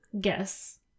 guess